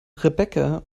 rebecca